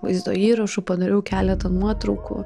vaizdo įrašų padariau keletą nuotraukų